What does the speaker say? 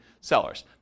sellers